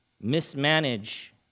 mismanage